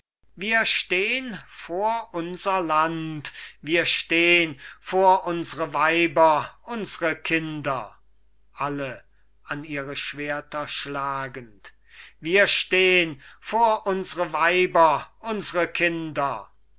wir stehn vor unser land wir stehn vor unsre weiber unsre kinder alle an ihre schwerter schlagend wir stehn vor unsre weiber unsre kinder